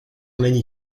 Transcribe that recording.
není